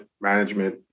management